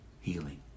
healing